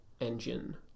engine